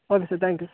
okay sir thank you